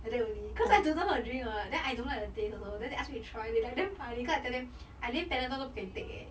like that only because I don't know how to drink [what] then I don't like the taste also then they ask me try they like damn funny because I tell them I 连 panadol 都不可以 take leh